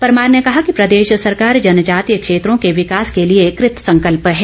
परमार ने कहा कि प्रदेश सरकार जनजातीय क्षेत्रों के विकास के लिए कृतसंकल्प है